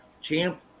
Champ